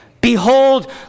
Behold